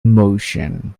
motion